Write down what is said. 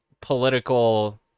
political